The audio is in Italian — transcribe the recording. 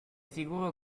sicuro